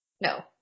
No